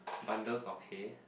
bundles of hay